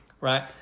right